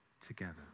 together